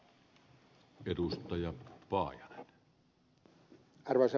arvoisa puhemies